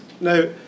Now